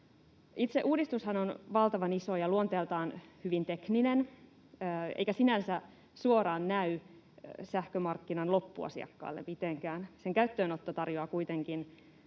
Itse uudistushan on valtavan iso ja luonteeltaan hyvin tekninen eikä sinänsä suoraan näy sähkömarkkinan loppuasiakkaalle mitenkään. Sen käyttöönotto tarjoaa kuitenkin